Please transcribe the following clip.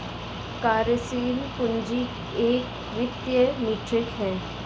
कार्यशील पूंजी एक वित्तीय मीट्रिक है